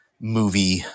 movie